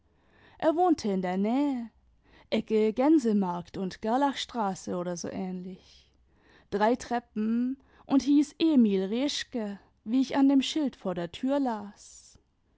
er wohnte in der nähe ecke gänsemadct und gerlachstraße oder so ähnlich drei treppen und hieß emil reschke wie ich an dem schild vor der tür las